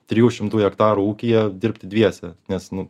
trijų šimtų hektarų ūkyje dirbti dviese nes nu